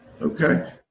Okay